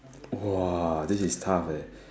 !wah! this is tough eh